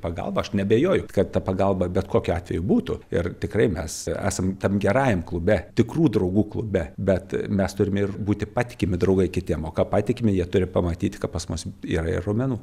pagalbą aš neabejoju kad ta pagalba bet kokiu atveju būtų ir tikrai mes esam tam gerajam klube tikrų draugų klube bet mes turime ir būti patikimi draugai kitiem o ka patikimi jie turi pamatyt ka pas mus yra ir raumenų